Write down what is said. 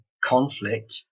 conflict